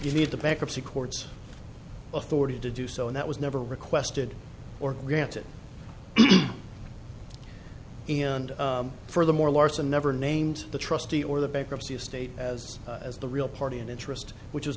you need the bankruptcy courts authority to do so and that was never requested or granted and furthermore larson never named the trustee or the bankruptcy of state as as the real party in interest which was